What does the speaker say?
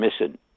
missing